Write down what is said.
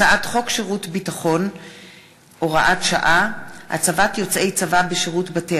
הצעת חוק שירות ביטחון (הוראת שעה) (הצבת יוצאי צבא בשירות בתי